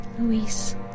Luis